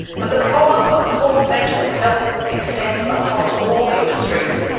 but the problem of poor mental health extends across all industries.